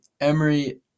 Emery